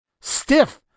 Stiff